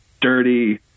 dirty